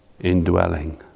indwelling